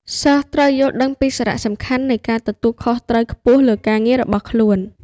សិស្សត្រូវយល់ដឹងពីសារៈសំខាន់នៃការទទួលខុសត្រូវខ្ពស់លើការងាររបស់ខ្លួន។